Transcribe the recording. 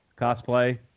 Cosplay